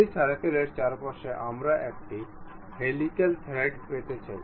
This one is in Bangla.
সেই সার্কেলের চারপাশে আমরা একটি হেলিকাল থ্রেড পেতে চাই